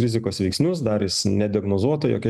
rizikos veiksnius dar jis nediagnozuota jokia